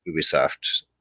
Ubisoft